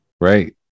Right